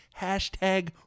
Hashtag